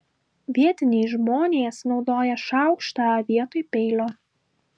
vietiniai žmonės naudoja šaukštą vietoj peilio